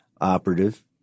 operative –